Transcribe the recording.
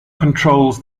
controls